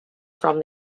from